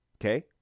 Okay